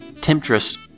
temptress